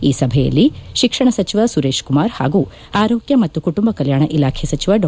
ಈ ಸಭೆಯಲ್ಲಿ ಶಿಕ್ಷಣ ಸಚಿವ ಸುರೇಶಕುಮಾರ್ ಹಾಗೂ ಆರೋಗ್ಯ ಮತ್ತು ಕುಟುಂಬ ಕಲ್ಯಾಣ ಇಲಾಖೆ ಸಿಚಿವ ಡಾ